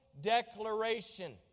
declaration